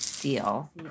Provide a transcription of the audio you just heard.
deal